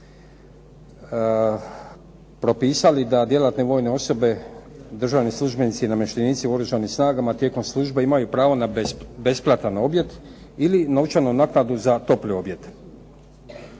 propisali da djelatne vojne osobe, državni službenici i namještenici u Oružanim snagama tijekom službe imaju pravo na besplatan objed ili novčanu naknadu za topli objed.